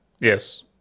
Yes